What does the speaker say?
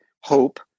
hope